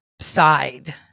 side